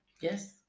Yes